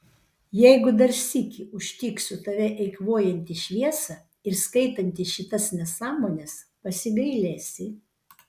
jeigu dar sykį užtiksiu tave eikvojantį šviesą ir skaitantį šitas nesąmones pasigailėsi